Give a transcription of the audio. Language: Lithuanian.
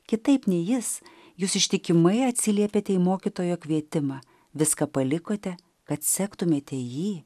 kitaip nei jis jūs ištikimai atsiliepėte į mokytojo kvietimą viską palikote kad sektumėte jį